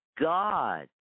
God